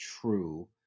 true